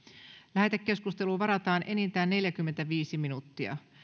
lähetekeskusteluun varataan enintään neljäkymmentäviisi minuuttia